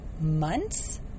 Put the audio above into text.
months